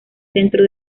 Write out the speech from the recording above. centro